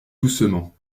doucement